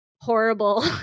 Horrible